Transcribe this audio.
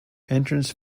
entrance